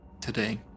Today